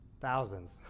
thousands